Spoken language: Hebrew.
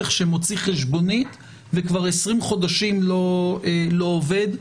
שמוציא חשבונית וכבר 20 חודשים לא עובד.